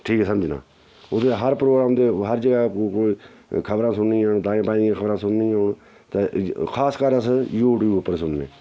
ठीक समझना ओह्दे च हर प्रोग्राम औंदे हर जगह् खबरां सुननियां होन ताईं तुआईं दियां खबरां सुननियां होन ते खासकर अस यू ट्यूब उप्पर सुनने